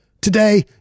Today